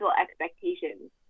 expectations